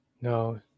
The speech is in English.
No